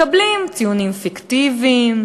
מקבלים ציונים פיקטיביים,